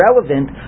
relevant